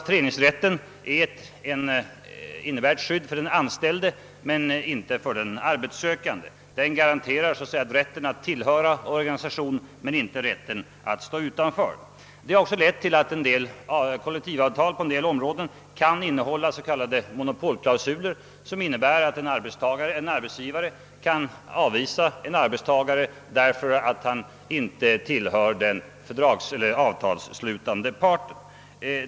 Föreningsrätten innebär ett skydd för den anställde men inte för den arbetssökande. Den garanterar så att säga rätten att tillhöra en organisation men inte rätten att stå utanför. Det har lett till att en del kollektivavtal på vissa områden kan innehålla s.k. monopolklausuler, som innebär att en arbetsgivare kan avvisa en arbetstagare därför att han inte tillhör den avtalsslutande parten.